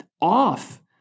off